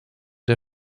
der